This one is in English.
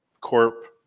corp